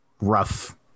rough